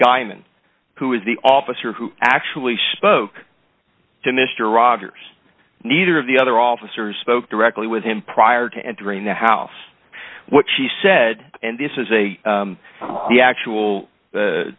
guymon who is the officer who actually spoke to mr rogers neither of the other officers spoke directly with him prior to entering the house what she said and this is a the actual